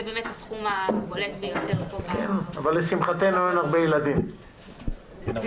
לשמחתנו אין הרבה ילדים שעונים להגדרה האחרונה.